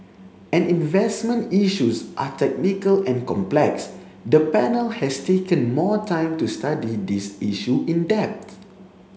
an investment issues are technical and complex the panel has taken more time to study this issue in depth